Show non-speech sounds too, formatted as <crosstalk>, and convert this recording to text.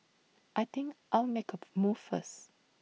I think I'll make A <noise> move first